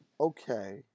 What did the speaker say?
Okay